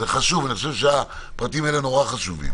אני חושב שהפרטים האלה נורא חשובים.